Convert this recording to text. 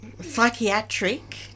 Psychiatric